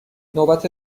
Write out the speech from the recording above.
نوبت